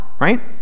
right